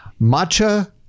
matcha